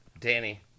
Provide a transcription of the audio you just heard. Danny